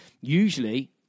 usually